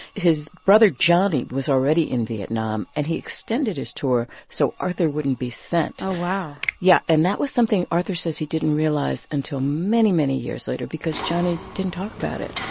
his brother, johnnie, was already in vietnam. and he extended his tour so arthur wouldn't be sent oh, wow yeah, and that was something arthur says he didn't realize until many, many years later because johnnie didn't talk about it.